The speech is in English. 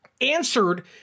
answered